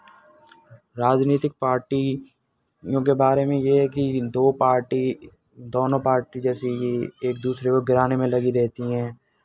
राजनीतिक पार्टियों के बारे में ये है कि दो पार्टी दोनों पार्टी जैसे ये एक दूसरे को गिराने में लगे रहते हैं